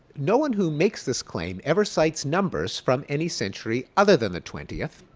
no one who makes this claim, ever cites numbers from any century other than the twentieth.